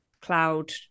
cloud